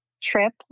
trip